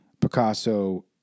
Picasso